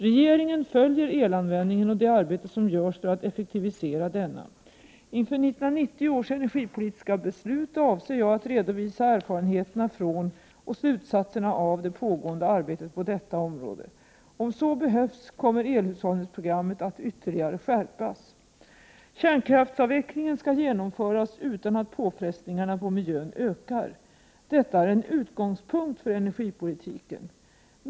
Regeringen följer elanvändningen och det arbete som görs för att effektivisera denna. Inför 1990 års energipolitiska beslut avser jag att redovisa erfarenheterna från och slutsatserna av det pågående arbetet på detta område. Om så behövs kommer elhushållningsprogrammet att ytterligare skärpas. Kärnkraftsavvecklingen skall genomföras utan att påfrestningarna på miljön ökar. Detta är en utgångspunkt för energipolitiken.